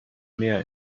mehr